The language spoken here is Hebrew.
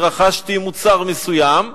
ורכשתי מוצר מסוים,